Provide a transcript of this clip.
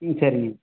ம் சரிங்க